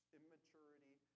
immaturity